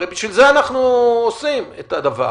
הרי בשביל זה אנחנו עושים את הדבר